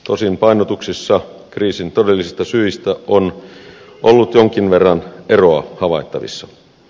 tosin painotuksissa kriisin todellisista syistä on ollut jonkin verran eroa havaittavissa